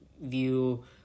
view